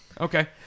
okay